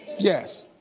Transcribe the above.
yes.